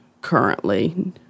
currently